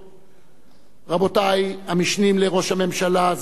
רבותי המשנים לראש הממשלה, סגני ראש הממשלה,